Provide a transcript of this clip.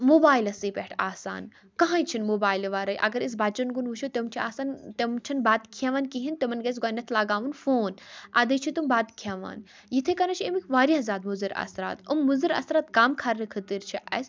موبایلَسٕے پٮ۪ٹھ آسان کٕہٲنۍ چھُنہٕ موبایلہٕ وَرٲے اَگَر أسۍ بَچَن کُن وُچھو تِم چھِ آسان تِم چھِنہٕ بَتہٕ کھیٚوان کہیٖنۍ تِمَن گَژھہِ گۄڈٕنیٚتھ لَگاوُن فوٗن اَدَے چھِ تِم بَتہٕ کھیٚوان یِتھَے کٔنۍ چھِ اَمِکۍ واریاہ زیادٕ مُضِر اَثرات یِم مُضِر اَثرات کَم کَرنہٕ خٲطر چھِ اسہِ